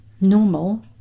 normal